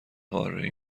قاره